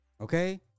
Okay